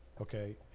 Okay